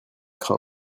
crains